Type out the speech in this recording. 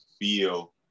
feel